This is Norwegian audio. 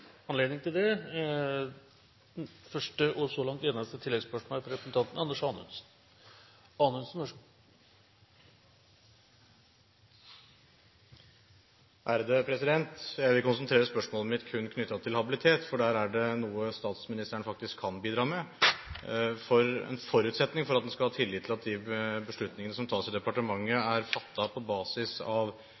anledning til oppfølgingsspørsmål – først representanten Anders Anundsen. Jeg vil konsentrere spørsmålet mitt om kun habilitet, for der er det noe statsministeren faktisk kan bidra med. En forutsetning for at en skal ha tillit til de beslutningene som tas i departementet, er fattet på basis av